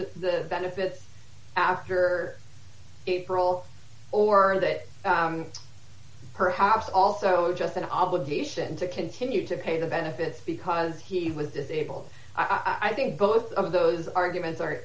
does that benefit after april or that perhaps also just an obligation to continue to pay the benefits because he was disabled i think both of those arguments are